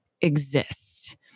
exist